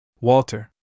Walter